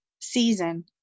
season